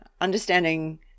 understanding